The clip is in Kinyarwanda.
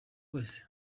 wese